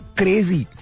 crazy